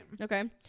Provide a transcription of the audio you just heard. okay